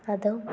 ᱟᱫᱚ